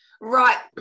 right